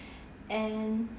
and